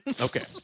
Okay